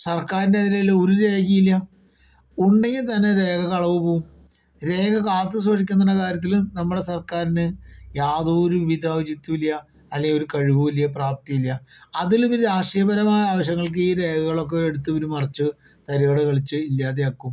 സർക്കാരിൻ്റെ കയ്യില് ഒരു രേഖയും ഇല്ല ഉണ്ടെങ്കിൽ തന്നെ രേഖ കളവുപോകും രേഖകൾ കാത്തുസൂക്ഷിക്കുന്ന കാര്യത്തിൽ നമ്മുടെ സർക്കാരിന് യാതൊരു വിധ ഇതും ഇല്ല അല്ലെങ്കിൽ ഒരു കഴിവും ഇല്ല പ്രാപ്തിയുമില്ല അതിലും രാഷ്ട്രീയപരമായ ആവശ്യങ്ങൾക്ക് ഈ രേഖകളൊക്കെ എടുത്ത് മറിച്ചു തരികിട കളിച്ചു ഇല്ലാതെയാകും